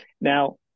Now